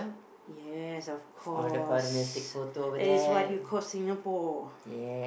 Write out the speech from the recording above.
yes of course that is what you call Singapore